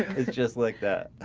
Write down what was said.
it's just like that.